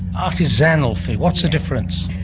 artisanal? what's the difference?